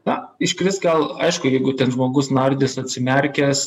na iškrist gal aišku jeigu ten žmogus nardys atsimerkęs